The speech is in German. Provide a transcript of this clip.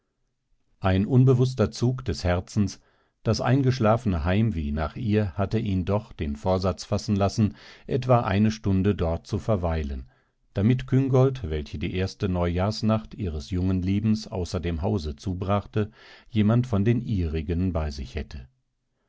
ein unbewußter zug des herzens das eingeschlafene heimweh nach ihr hatte ihn doch den vorsatz fassen lassen etwa eine stunde dort zu verweilen damit küngolt welche die erste neujahrsnacht ihres jungen lebens außer dem hause zubrachte jemand von den ihrigen bei sich hätte